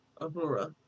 Aurora